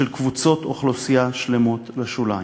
של קבוצות אוכלוסייה שלמות לשוליים.